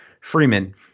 Freeman